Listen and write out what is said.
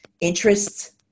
interests